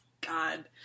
god